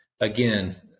again